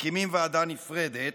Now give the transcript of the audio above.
מקימים ועדה נפרדת,